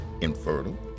infertile